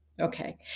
Okay